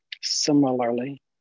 Similarly